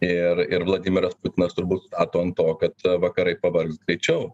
ir ir vladimiras putinas turbūt stato ant to kad vakarai pavargs greičiau